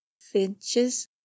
finches